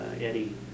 Eddie